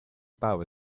power